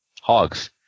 hogs